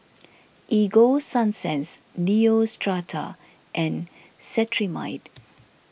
Ego Sunsense Neostrata and Cetrimide